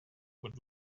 would